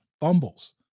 fumbles